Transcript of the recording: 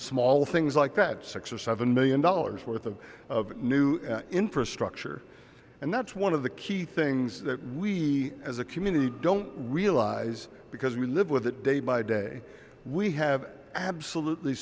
small things like that six or seven million dollars worth of new infrastructure and that's one of the key things that we as a community don't realize because we live with it day by day we have absolutely